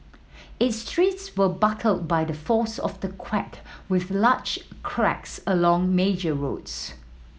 its streets were buckled by the force of the quake with large cracks along major roads